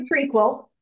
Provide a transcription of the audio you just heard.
prequel